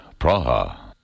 Praha